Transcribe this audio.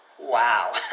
Wow